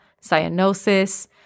cyanosis